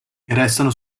restano